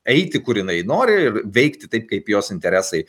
eiti kur jinai nori ir veikti taip kaip jos interesai